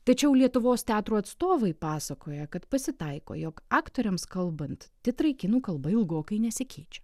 tačiau lietuvos teatrų atstovai pasakoja kad pasitaiko jog aktoriams kalbant titrai kinų kalba ilgokai nesikeičia